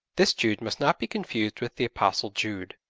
this jude must not be confused with the apostle jude.